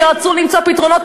כשרצו למצוא פתרונות,